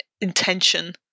intention